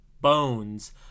bones